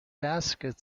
basket